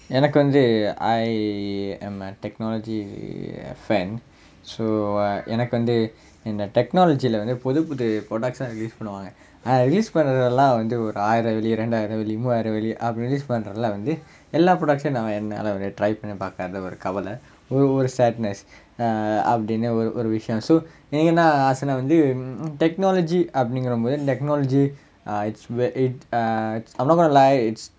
எனக்கு வந்து:enakku vanthu I am a technology fan so எனக்கு வந்து இந்த:enakku vanthu intha technology leh வந்து புதுப்புது:vanthu puthupputhu product ah release பண்ணுவாங்க:pannuvaanga ah release பண்றதெல்லாம் வந்து ஒரு ஆயிரம் வெள்ளி ரெண்டாயிரம் வெள்ளி மூவாயிரம் வெள்ளி அப்படி:pandrathellaam vanthu oru aayiram velli rendaayiram velli moovaayiram velli appadi release பண்றதுல வந்து எல்லா:pandrathula vanthu ellaa products ஐயும் நம்ம என்னால:ayyum namma ennaala try பண்ணி பாக்காத ஒரு கவல ஒவ்வொரு ஒரு:panni paakkaatha oru kavala ovvoru oru sadness err அப்படின்னு ஒரு விஷயம்:appdinnu oru vishayam so எனக்கென்ன ஆசனா வந்து:enakkenna aasanaa vanthu technology அப்படிங்குற போது:appdingura pothu technology is where it's I'm not gonna lie it's